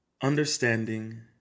understanding